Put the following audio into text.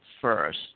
first